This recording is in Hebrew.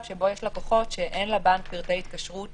שבו יש לקוחות שיש לבנק רק כתובת דואר שלהם אבל אין פרטי התקשרות